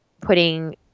putting –